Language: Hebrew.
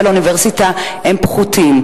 המיצ"ב, המבחנים הבין-לאומיים.